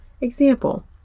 example